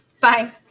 Bye